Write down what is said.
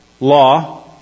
law